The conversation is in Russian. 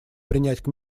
принять